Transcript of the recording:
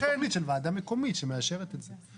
ועדה מקומית מאשרת את זה.